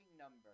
number